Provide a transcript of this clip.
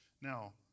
Now